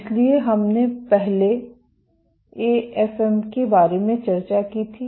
इसलिए हमने पहले एएफएम के बारे में चर्चा की थी